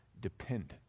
dependent